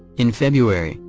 in february,